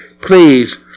please